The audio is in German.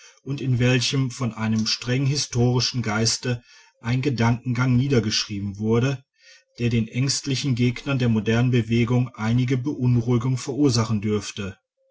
und in welchem von einem streng historischen geiste ein gedankengang niedergeschrieben wurde der den ängstlichen gegnern der modernen bewegung einige beunruhigung verursachen dürfte